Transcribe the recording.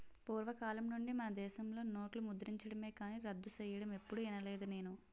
పూర్వకాలం నుండి మనదేశంలో నోట్లు ముద్రించడమే కానీ రద్దు సెయ్యడం ఎప్పుడూ ఇనలేదు నేను